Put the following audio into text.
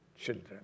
children